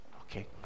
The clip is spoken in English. Okay